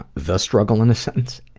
the struggle in a sentence?